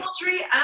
tree